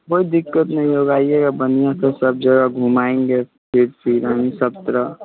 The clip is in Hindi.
कोई दिक्कत नहीं होगा यह है बढ़िया से सब जगह घूमाएँगे फ़िर श्रीरंग सत्रह